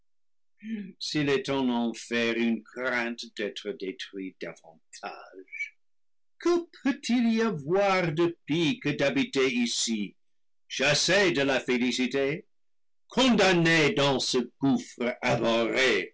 s'il est en enfer une crainte d'être détruit davantage que peut-il y avoir de pis que d'habiter ici chas ses delà félicité condamnés dans ce gouffre abhorré